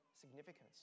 significance